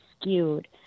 skewed